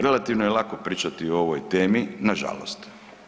Relativno je lako pričati o ovoj temi nažalost.